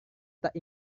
tak